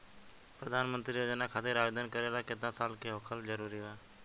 प्रधानमंत्री योजना खातिर आवेदन करे ला केतना साल क होखल जरूरी बा?